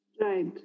Right